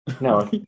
No